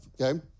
okay